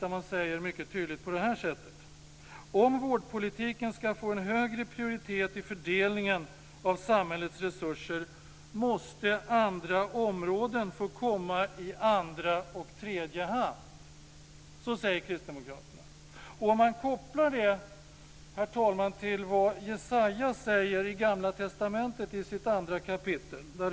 Där säger man mycket tydligt: Om vårdpolitiken ska få en högre prioritet i fördelningen av samhällets resurser måste andra områden få komma i andra och tredje hand. Så säger Kristdemokraterna. Herr talman! Man kan koppla det till vad Jesaja säger i gamla testamentet i 2 kapitlet.